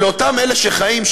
שלאותם אלה שחיים,